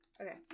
Okay